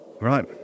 Right